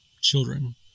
children